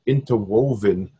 Interwoven